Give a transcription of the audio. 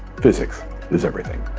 physics is everything.